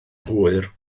hwyr